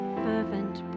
fervent